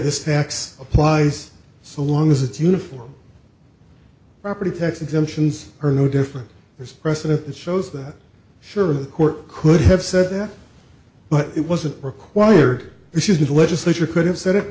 this tax applies so long as it's uniform property tax exemptions are no different there's precedent that shows that sure the court could have said that but it wasn't required if you the legislature could have said it